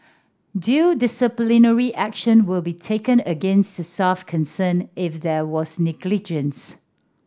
due disciplinary action will be taken against the staff concerned if there was negligence